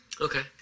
Okay